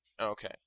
Okay